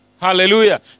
Hallelujah